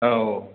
औ